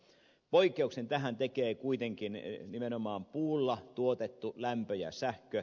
poikkeuksen tähän tekee kuitenkin nimenomaan puulla tuotettu lämpö ja sähkö